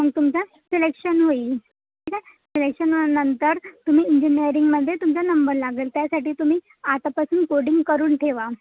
मग तुमचा सिलेक्शन होईल ठीक आहे सिलेक्शननंतर तुम्ही इंजिनीयरिंगमध्ये तुमचा नंबर लागेल त्यासाठी तुम्ही आतापासून कोडिंग करून ठेवा